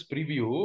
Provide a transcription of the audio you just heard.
Preview